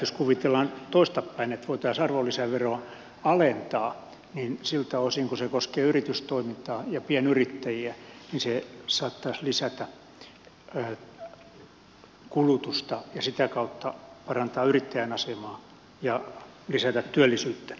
jos kuvitellaan toisinpäin että voitaisiin arvonlisäveroa alentaa niin siltä osin kuin se koskee yritystoimintaa ja pienyrittäjiä se saattaisi lisätä kulutusta ja sitä kautta parantaa yrittäjän asemaa ja lisätä työllisyyttä